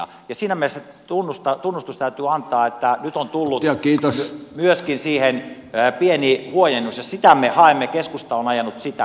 siinä mielessä tunnustus täytyy antaa että nyt on tullut myöskin siihen pieni huojennus ja sitä me haemme keskusta on ajanut sitä koko ajan